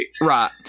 right